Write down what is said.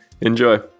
Enjoy